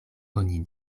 oni